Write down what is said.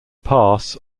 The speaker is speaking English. pass